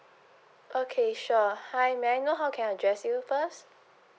okay sure hi may I know how can I address you first